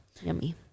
Yummy